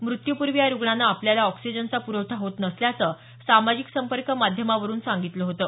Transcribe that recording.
मृत्यूपूर्वी या रुग्णानं आपल्याला ऑक्सिजनचा पुरवठा होत नसल्याचं सामाजिक संपर्क माध्यमावरुन सांगितलं होतं